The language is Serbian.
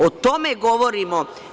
O tome govorimo.